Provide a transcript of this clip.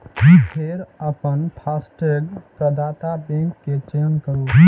फेर अपन फास्टैग प्रदाता बैंक के चयन करू